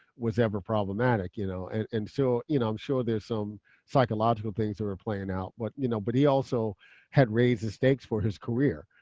was ever problematic. you know and and so you know i'm sure there's some psychological things that are playing out, but you know but he also had raised the stakes for his career.